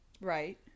right